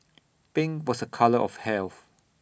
pink was A colour of health